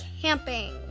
camping